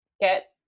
get